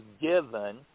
given